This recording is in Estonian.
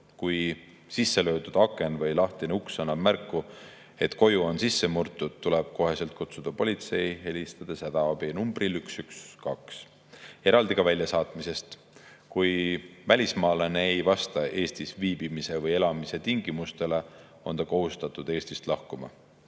Kui sisse löödud aken või lahtine uks annab märku, et koju on sisse murtud, tuleb kohe kutsuda politsei, helistada hädaabinumbril 112. Eraldi ka väljasaatmisest. Kui välismaalane ei vasta Eestis viibimise või elamise tingimustele, on ta kohustatud Eestist lahkuma.